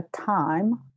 time